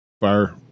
fire